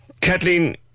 Kathleen